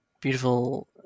beautiful